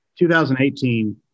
2018